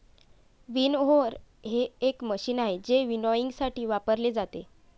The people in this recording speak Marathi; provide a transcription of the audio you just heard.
विनओव्हर हे एक मशीन आहे जे विनॉयइंगसाठी वापरले जाते